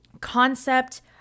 concept